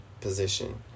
position